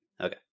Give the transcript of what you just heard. Okay